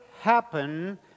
happen